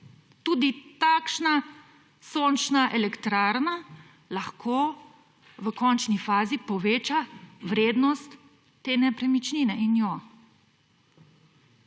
Tudi takšna sončna elektrarna lahko v končni fazi poveča vrednost te nepremičnine in jo.